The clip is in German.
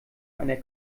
einer